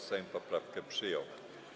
Sejm poprawkę przyjął.